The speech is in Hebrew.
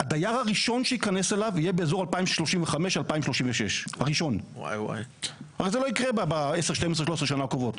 הדייר הראשון שייכנס אליו יהיה באזור 2035-2036. הרי זה לא יקרה ב-10-13 שנים הקרובות.